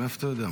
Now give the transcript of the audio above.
מאיפה אתה יודע?